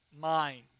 mind